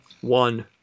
One